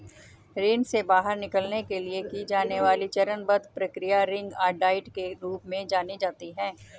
ऋण से बाहर निकलने के लिए की जाने वाली चरणबद्ध प्रक्रिया रिंग डाइट के रूप में जानी जाती है